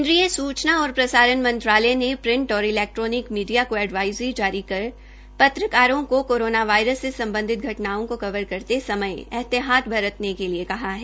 केन्द्रीय सुचना और प्रसारण मंत्रालय ने प्रिंट और इलैक्टोनिक मीडिया को एडवाइज़री जारी कर पत्रकारों को कोरोना वायरस से सम्बधित घटनाओं को कवर करते समय एहतियात बरतने के लिए कहा है